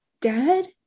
dead